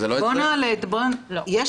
זה מאוד חשוב.